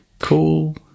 Cool